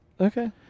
Okay